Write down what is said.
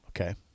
Okay